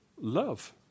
love